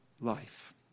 life